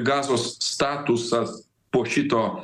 gazos statusas po šito